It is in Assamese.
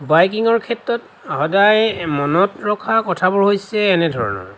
বাইকিঙৰ ক্ষেত্ৰত সদায় মনত ৰখা কথাবোৰ হৈছে এনেধৰণৰ